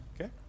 Okay